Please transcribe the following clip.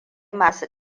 masu